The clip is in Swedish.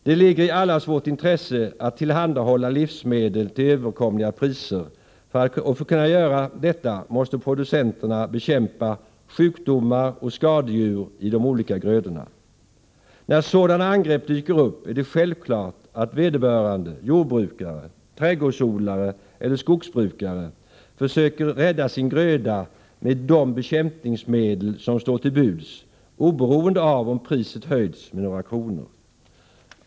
Det ligger i allas vårt intresse att tillhandahålla livsmedel till överkomliga priser, och för att kunna göra det måste producenterna bekämpa sjukdomar och skadedjur i de olika grödorna. När sådana angrepp dyker upp är det självklart att vederbörande jordbrukare, trädgårdsodlare eller skogsbrukare försöker rädda sin gröda med de bekämpningsmedel som står till buds, oberoende av om priset höjts med några kronor.